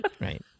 right